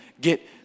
get